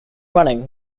running